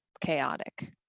chaotic